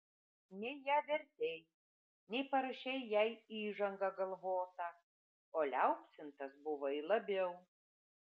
nei ją vertei nei parašei jai įžangą galvotą o liaupsintas buvai labiau